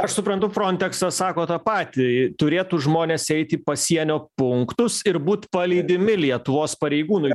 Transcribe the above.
aš suprantu fronteksas sako tą patį turėtų žmonės eiti pasienio punktus ir būt palydimi lietuvos pareigūnui